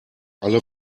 alle